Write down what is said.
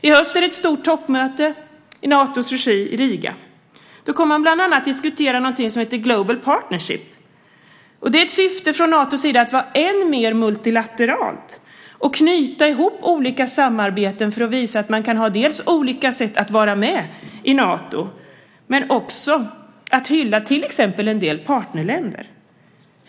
I höst är det ett stort toppmöte i Natos regi i Riga. Då kommer man bland annat att diskutera något som heter Global Partnership . Det är ett initiativ från Natos sida som syftar till att vara än mer multilateralt och knyta ihop olika samarbeten, dels för att visa att man kan ha olika sätt att vara med i Nato, dels för att hylla till exempel en del partnerländer.